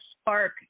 spark